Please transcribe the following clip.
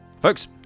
Folks